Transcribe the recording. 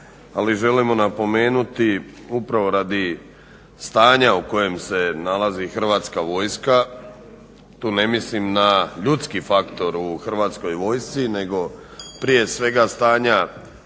Ali želimo napomenuti upravo radi stanja u kojem se nalazi HV, tu ne mislim na ljudski faktor u HV-u nego prije sveg stanja tehnike,